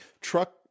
truck